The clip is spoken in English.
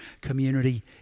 community